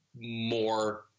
more